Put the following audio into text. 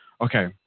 Okay